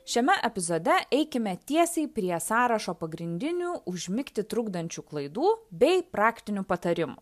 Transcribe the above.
šiame epizode eikime tiesiai prie sąrašo pagrindinių užmigti trukdančių klaidų bei praktinių patarimų